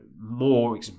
more